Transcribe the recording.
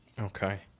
Okay